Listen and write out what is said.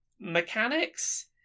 mechanics